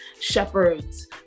shepherds